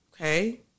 Okay